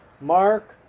Mark